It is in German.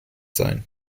sein